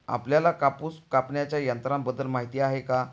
आपल्याला कापूस कापण्याच्या यंत्राबद्दल माहीती आहे का?